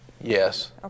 Yes